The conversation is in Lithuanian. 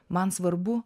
man svarbu